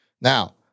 Now